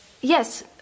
Yes